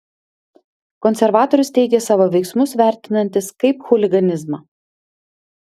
konservatorius teigė savo veiksmus vertinantis kaip chuliganizmą